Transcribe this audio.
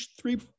three